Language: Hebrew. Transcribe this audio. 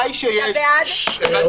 ששש, חברים, חברים.